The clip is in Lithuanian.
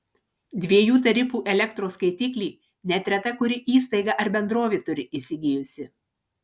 dviejų tarifų elektros skaitiklį net reta kuri įstaiga ar bendrovė turi įsigijusi